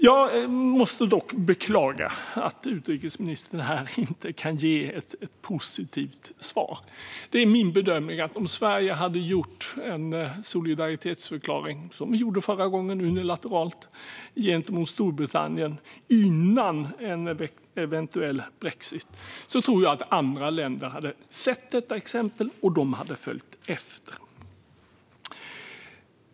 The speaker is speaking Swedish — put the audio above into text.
Jag måste dock beklaga att utrikesministern här inte kan ge ett positivt svar. Det är min bedömning att om Sverige hade gjort en solidaritetsförklaring, som vi gjorde förra gången unilateralt, gentemot Storbritannien innan en eventuell brexit tror jag att andra länder hade sett detta exempel och följt efter.